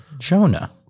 Jonah